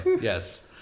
Yes